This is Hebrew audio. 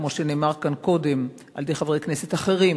כמו שנאמר כאן קודם על-ידי חברי כנסת אחרים,